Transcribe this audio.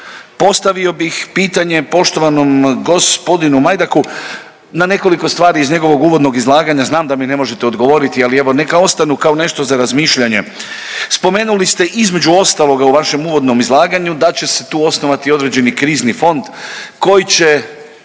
Postavio bih pitanje poštovanom g. Majdaku na nekoliko stvari iz njegovog uvodnog izlaganja, znam da mi ne možete odgovoriti, ali evo neka ostanu kao nešto za razmišljanje. Spomenuli ste između ostaloga u vašem uvodnom izlaganju da će se tu osnovati određeni krizni fond koji će